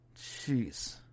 Jeez